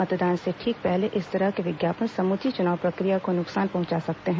मतदान से ठीक पहले इस तरह के विज्ञापन समूची चुनाव प्रक्रिया को नुकसान पहुंचा सकते हैं